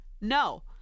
no